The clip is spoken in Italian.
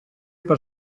per